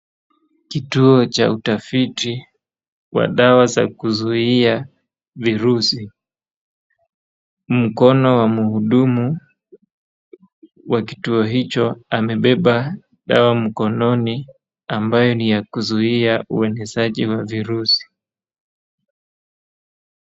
Kituo cha utafiti wa dawa za kuzuia virusi. Mkono wa mhudumu wa kituo hicho amebeba dawa mkononi ambayo ni ya kuzuia ueneshaji wa virusi.